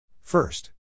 First